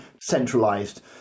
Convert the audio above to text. centralised